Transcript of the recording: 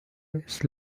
days